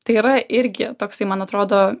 tai yra irgi toksai man atrodo